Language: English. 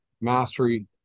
Mastery